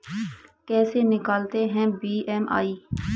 कैसे निकालते हैं बी.एम.आई?